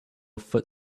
foot